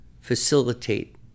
facilitate